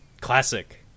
classic